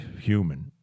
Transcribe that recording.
human